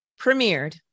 Premiered